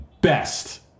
best